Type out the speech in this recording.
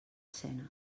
escena